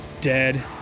Dead